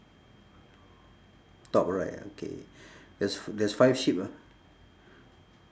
top right ah okay there's there's five sheep ah